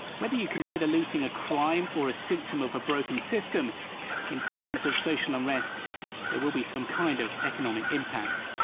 whether you consider looting a crime or a symptom of a broken system in times of social unrest there will be some kind of economic impact.